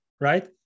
right